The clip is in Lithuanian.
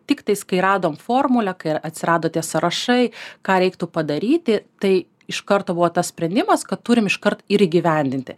tiktais kai radome formulę kai atsirado tie sąrašai ką reiktų padaryti tai iš karto buvo tas sprendimas kad turim iškart ir įgyvendinti